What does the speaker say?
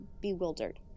bewildered